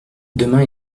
demain